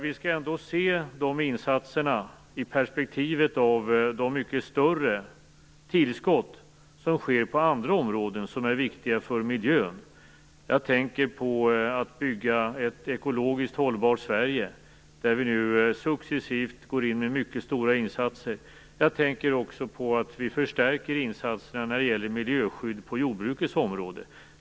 Vi skall ändå se detta i perspektivet av de mycket större tillskott som sker på andra områden som är viktiga för miljön. Jag tänker på detta med att bygga ett ekologiskt hållbart Sverige. Där går vi nu successivt in med mycket stora insatser. Jag tänker också på att vi förstärker insatserna när det gäller miljöskydd på jordbrukets område.